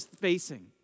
facing